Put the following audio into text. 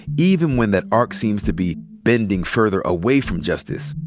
even when that arc seems to be bending further away from justice,